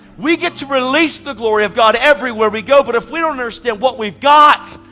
we get to release the glory of god everywhere we go but if we don't understand what we've got,